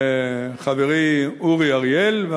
חברי אורי אריאל.